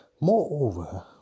Moreover